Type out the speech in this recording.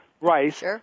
rice